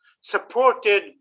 supported